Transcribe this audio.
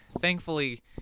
thankfully